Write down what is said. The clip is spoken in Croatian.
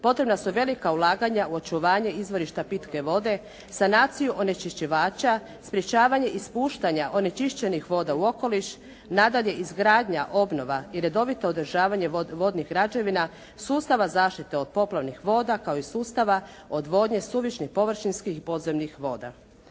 potrebna su velika ulaganja u očuvanje izvorišta pitke vode, sanaciju onečišćivača, sprječavanje ispuštanja onečišćenih voda u okoliš, nadalje izgradnja, obnova i redovito održavanje vodnih građevina, sustava zaštite od poplavnih voda, kao i sustava odvodnje suvišnih površinskih i podzemnih voda.